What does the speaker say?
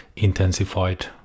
intensified